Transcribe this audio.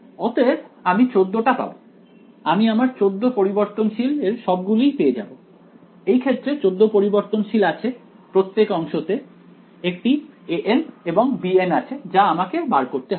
অতএব আমি 14 টা পাব আমি আমার 14 পরিবর্তনশীল এর সবগুলোই পেয়ে যাব এই ক্ষেত্রে 14 পরিবর্তনশীল আছে প্রত্যেক অংশ তে একটি an এবং bn আছে যা আমাকে বার করতে হবে